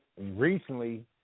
Recently